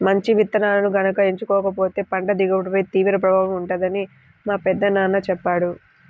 మంచి విత్తనాలను గనక ఎంచుకోకపోతే పంట దిగుబడిపై తీవ్ర ప్రభావం ఉంటుందని మా పెదనాన్న చెప్పాడు